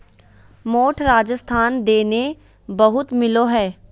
मोठ राजस्थान दने बहुत मिलो हय